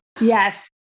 Yes